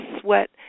sweat